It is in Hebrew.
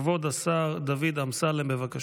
כבוד השר דוד אמסלם, בבקשה.